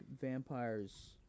vampires